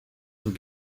nous